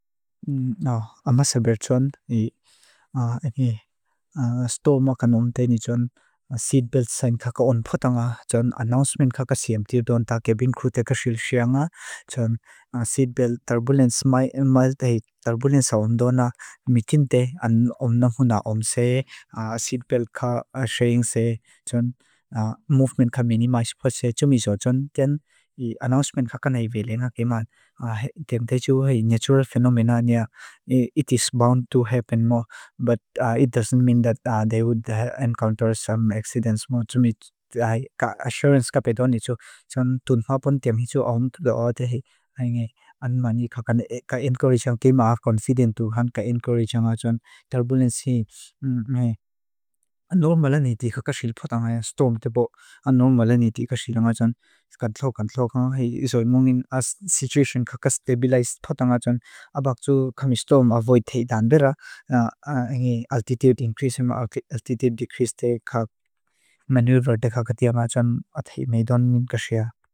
Amasa berchon. I sto mokkan omteni chon seed belt sign kaka onpotanga. Chon announcement kaka siemtir doon ta kebin krute kaxilxia'nga. Chon seed belt turbulence maimaldahi. Turbulence aondona imitinte. Om na huna omse. Seat belt ka sharingse. Chon movement ka minimise pose. Chom iso chontian announcement kaka na ibele nga keman. Tiam tay chu hai natural phenomena nia. It is bound to happen mo. But it doesn't mean that they would encounter some accidents mo. Chom iso ka assurance ka pe doon iso. Chon tunha pon tiam iso om to the order hai nge. An maani kaka ka encourage ang kema aaf confidentu. Chom iso ka encourage ang aajon. Turbulence mai. Anormal anity kaka xil potanga. Storm te bo. Anormal anity kaka xil aajon. Skad lokan lokan. Iso mungin situation kaka stabilized potanga aajon. Aabakchu kami storm avoid thei dan bera. Nga nge altitude increase hema altitude decrease te ka maneuver dekha kati aajon. Aathei maidon nim kaxia.